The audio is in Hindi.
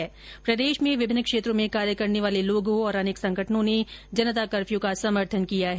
इधर प्रदेश में विभिन्न क्षेत्रों में कार्य करने वाले लोगों और अनेक संगठनों ने जनता कर्फ्यू का समर्थन किया है